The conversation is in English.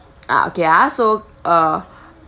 ah okay ah so uh